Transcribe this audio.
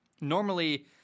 normally